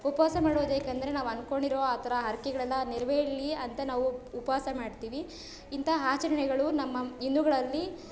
ಉಪವಾಸ ಮಾಡೋದು ಏಕಂದರೆ ನಾವು ಅಂದ್ಕೊಂಡಿರೋ ಆ ಥರ ಹರಕೆಗಳೆಲ್ಲ ನೆರವೇರ್ಲಿ ಅಂತ ನಾವು ಉಪ ಉಪವಾಸ ಮಾಡ್ತೀವಿ ಇಂತಹ ಆಚರಣೆಗಳು ನಮ್ಮ ಹಿಂದೂಗಳಲ್ಲಿ